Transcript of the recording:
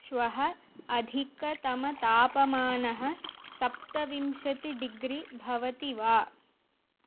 श्वः अधिकतमतापमानः सप्तविंशतिडिग्रि भवति वा